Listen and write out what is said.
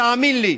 תאמין לי.